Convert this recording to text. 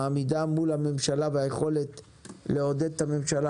העמידה מול הממשלה והיכולת לעודד את הממשלה